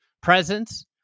presence